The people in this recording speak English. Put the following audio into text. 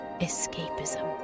escapism